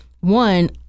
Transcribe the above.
one